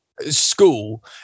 school